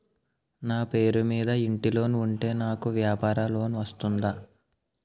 నా పేరు మీద ఇంటి లోన్ ఉంటే నాకు వ్యాపార లోన్ వస్తుందా?